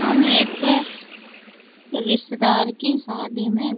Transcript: हम एक रिश्तेदार की शादी में